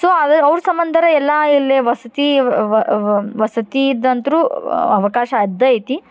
so ಆಗ ಅವ್ರ ಸಂಬಂಧ ಎಲ್ಲಾ ಇಲ್ಲಿ ವಸತಿ ವಸತಿ ಇದ್ದಂತ್ರು ಅವಕಾಶ ಅದ್ದೆ ಐತಿ